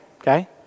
okay